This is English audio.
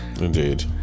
indeed